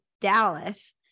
Dallas